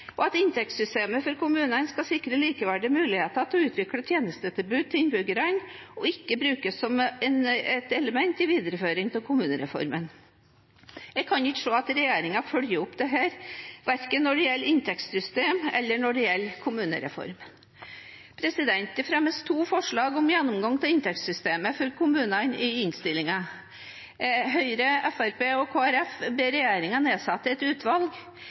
og at inntektssystemet for kommunene skal sikre likeverdige muligheter til å utvikle tjenestetilbudet til innbyggerne, og ikke brukes som et element i videreføring av kommunereformen. Jeg kan ikke se at regjeringen følger opp dette – verken når det gjelder inntektssystemet, eller når det gjelder kommunereformen. Det fremmes to forslag om gjennomgang av inntektssystemet for kommunene i innstillingen. Høyre, Fremskrittspartiet og Kristelig Folkeparti ber regjeringen nedsette et utvalg.